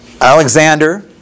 Alexander